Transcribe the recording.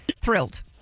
thrilled